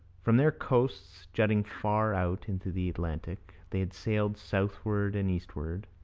from their coasts, jutting far out into the atlantic, they had sailed southward and eastward,